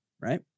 Right